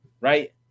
right